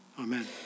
Amen